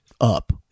up